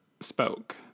spoke